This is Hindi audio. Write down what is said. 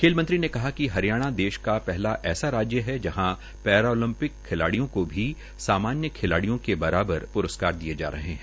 खेल मंत्री ने कहा कि हरियाणा देश का पहला ऐसा राज्य है जहां पैरालम्पिक खिलाड़ियों को भी सामान्य खिलाडियों के बराबर प्रस्कार दिए जा रहे है